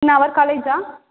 இன் அவர் காலேஜா